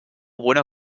bueno